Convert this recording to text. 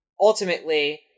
ultimately